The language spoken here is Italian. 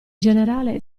generale